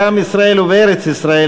בעם ישראל ובארץ-ישראל,